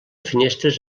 finestres